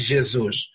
Jesus